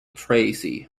tracy